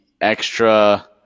extra